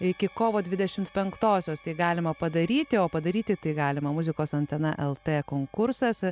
iki kovo dvidešimt penktosios tai galima padaryti o padaryti tai galima muzikos antena el t konkursas